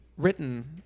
Written